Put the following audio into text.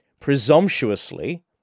presumptuously